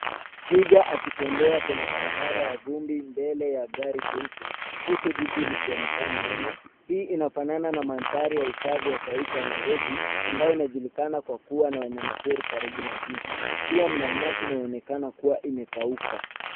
Twiga akitembea kwenye barabara ya vumbi mbele ya gari jeupe huku jiji likionekana nyuma. Hii inafanana na mandhari ya hifadhi ya Nairobi ambayo inajulikana kwa kuwa na wanyamapori karibu na jiji. Pia mna nyasi inayoonekana kuwa imekauka.